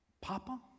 Papa